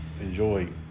enjoy